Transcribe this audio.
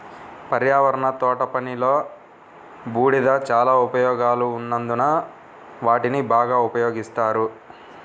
పర్యావరణ తోటపనిలో, బూడిద చాలా ఉపయోగాలు ఉన్నందున వాటిని బాగా ఉపయోగిస్తారు